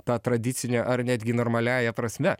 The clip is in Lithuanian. ta tradicine ar netgi normaliąja prasme